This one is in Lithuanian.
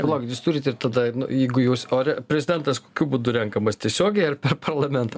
palaukit jūs turit ir tada jeigu jūs ore prezidentas kokiu būdu renkamas tiesiogiai ar per parlamentą